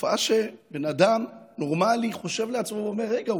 תופעה שבן אדם נורמלי חושב לעצמו ואומר: רגע,